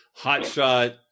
hotshot